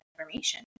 information